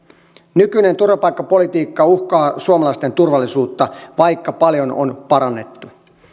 nykyinen turvapaikkapolitiikka uhkaa suomalaisten turvallisuutta vaikka paljon on parannettu